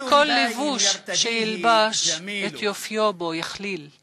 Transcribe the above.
כל לבוש שילבש את יופיו בו יכליל./